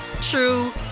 true